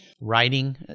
writing